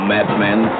Madman